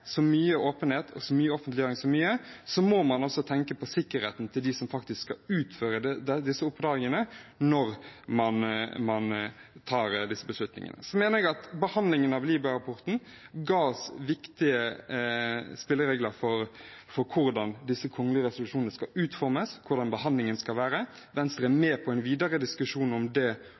så mye åpenhet og offentliggjøring som mulig, må man også tenke på sikkerheten til dem som faktisk skal utføre disse oppdragene, når man tar disse beslutningene. Jeg mener behandlingen av Libya-rapporten ga oss viktige spilleregler for hvordan disse kongelige resolusjonene skal utformes, hvordan behandlingen skal være. Venstre er med på en videre diskusjon om det